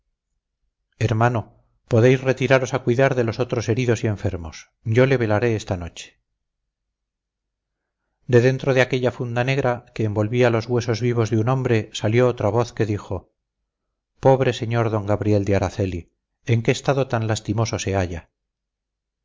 entonces hermano podéis retiraros a cuidar de los otros heridos y enfermos yo le velaré esta noche de dentro de aquella funda negra que envolvía los huesos vivos de un hombre salió otra voz que dijo pobre sr d gabriel de araceli en qué estado tan lastimoso se halla